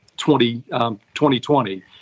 2020